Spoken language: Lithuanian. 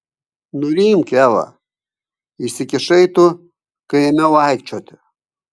nurimk eva įsikišai tu kai ėmiau aikčioti